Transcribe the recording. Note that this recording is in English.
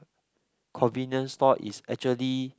convenience store is actually